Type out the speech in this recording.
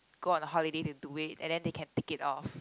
go on holiday then do it and then they can tick it off